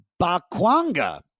bakwanga